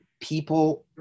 people